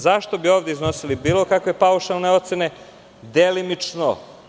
Zašto bi ovde iznosili bilo kakve paušalne ocene, delimično?